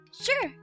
Sure